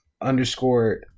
underscore